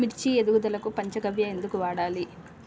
మిర్చి ఎదుగుదలకు పంచ గవ్య ఎందుకు వాడాలి?